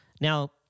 Now